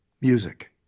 music